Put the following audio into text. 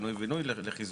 שחתום ומי שמגיש,